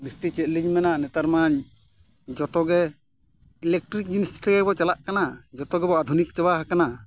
ᱵᱤᱥᱛᱤ ᱪᱮᱫ ᱞᱤᱧ ᱢᱮᱱᱟ ᱱᱮᱛᱟᱨ ᱢᱟ ᱡᱚᱛᱚᱜᱮ ᱡᱤᱱᱤᱥ ᱛᱮᱜᱮ ᱵᱚᱱ ᱪᱟᱞᱟᱜ ᱠᱟᱱᱟ ᱡᱚᱛᱚ ᱜᱮᱵᱚ ᱟᱫᱷᱩᱱᱤᱠ ᱪᱟᱵᱟ ᱟᱠᱟᱱᱟ